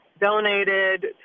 donated